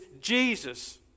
Jesus